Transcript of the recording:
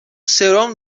سرم